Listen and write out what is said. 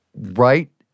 right